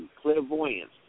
Clairvoyance